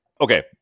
Okay